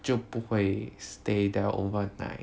就不会 stay there overnight